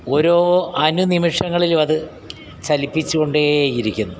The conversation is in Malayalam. ഓരോ അനുനിമിഷങ്ങളിലുമത് ചലിപ്പിച്ചുകൊണ്ടേ ഇരിക്കുന്നു